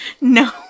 No